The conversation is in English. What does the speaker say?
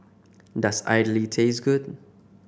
does idly taste good